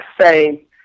say